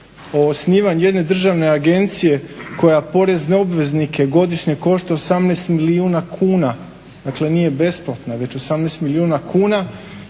o osnivanju jedne državne agencije koja porezne obveznike godišnje košta 18 milijuna kuna, dakle nije besplatna već 18 milijuna kuna,